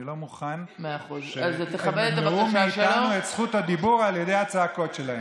אני לא מוכן שימנעו מאיתנו את זכות הדיבור על ידי הצעקות שלהם.